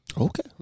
Okay